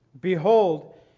Behold